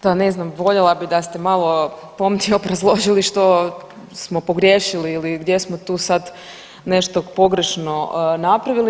Da, ne znam, voljela bi da ste malo pomnije obrazložili što smo pogriješili ili gdje smo tu sad nešto pogrešno napravili.